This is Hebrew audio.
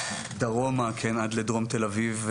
דרומה עד לדרום תל אביב,